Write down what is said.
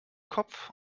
kopf